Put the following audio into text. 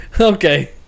Okay